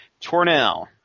Tornell